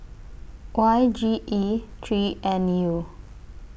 Y G E three N U